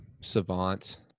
savant